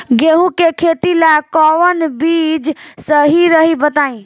गेहूं के खेती ला कोवन बीज सही रही बताई?